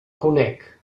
conec